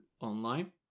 online